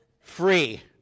free